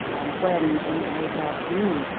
and when, in the late afternoon,